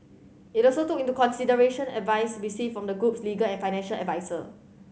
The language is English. it also took into consideration advice received from the group's legal and financial adviser